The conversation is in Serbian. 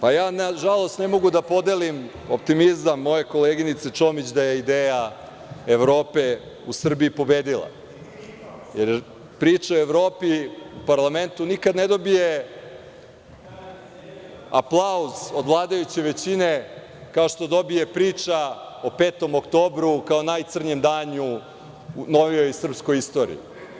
Nažalost ne mogu da podelim optimizam moje koleginice Čomić da je ideja Evrope u Srbiji pobedila, jer priča o Evropi u parlamentu nikad ne dobije aplauz od vladajuće većine kao što dobije priča o 5. oktobru kao o najcrnjem danu u novijoj srpskoj istoriji.